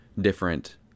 different